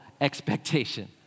expectation